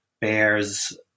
bears